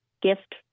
gift